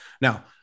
Now